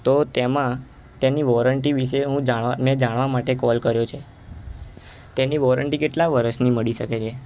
તો તેમાં તેની વોરેન્ટી વિશે હું જાણવા મેં જાણવા માટે કોલ કર્યો છે તેની વોરેન્ટી કેટલા વર્ષની મળી શકે છે